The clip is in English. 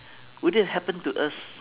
would it happen to us